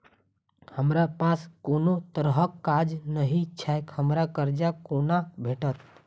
हमरा पास कोनो तरहक कागज नहि छैक हमरा कर्जा कोना भेटत?